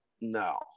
No